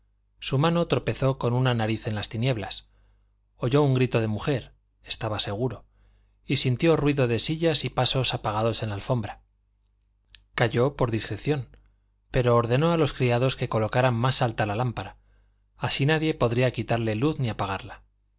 su mano tropezó con una nariz en las tinieblas oyó un grito de mujer estaba seguro y sintió ruido de sillas y pasos apagados en la alfombra calló por discreción pero ordenó a los criados que colocaran más alta la lámpara así nadie podría quitarle luz ni apagarla